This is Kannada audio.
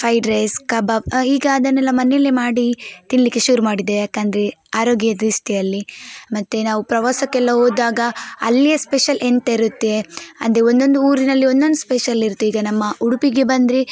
ಫ್ರೈಡ್ ರೈಸ್ ಕಬಾಬ್ ಈಗ ಅದನ್ನೆಲ್ಲ ಮನೆಯಲ್ಲೇ ಮಾಡಿ ತಿನ್ನಲಿಕ್ಕೆ ಶುರು ಮಾಡಿದೆ ಯಾಕಂದರೆ ಆರೋಗ್ಯ ದೃಷ್ಟಿಯಲ್ಲಿ ಮತ್ತು ನಾವು ಪ್ರವಾಸಕ್ಕೆಲ್ಲ ಹೋದಾಗ ಅಲ್ಲಿಯ ಸ್ಪೆಷಲ್ ಎಂತ ಇರುತ್ತೆ ಅಂದರೆ ಒಂದೊಂದು ಊರಿನಲ್ಲಿ ಒಂದೊಂದು ಸ್ಪೆಷಲಿರುತ್ತೆ ಈಗ ನಮ್ಮ ಉಡುಪಿಗೆ ಬಂದರೆ